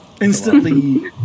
Instantly